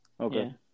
okay